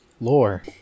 Lore